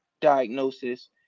diagnosis